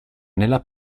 nella